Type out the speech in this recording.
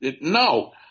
No